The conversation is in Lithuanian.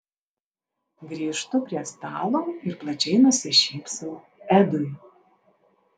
grįžtu prie stalo ir plačiai nusišypsau edui